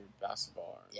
basketball